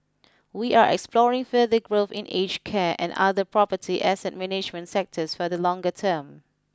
we are exploring further growth in aged care and other property asset management sectors for the longer term